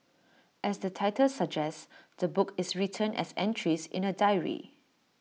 as the title suggests the book is written as entries in A diary